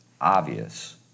obvious